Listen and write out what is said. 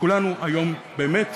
לכולנו היום באמת